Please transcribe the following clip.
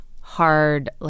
hard